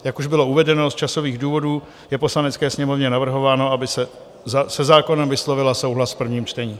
Jak už bylo uvedeno, z časových důvodů je Poslanecké sněmovně navrhováno, aby se zákonem vyslovila souhlas v prvním čtení.